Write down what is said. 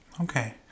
Okay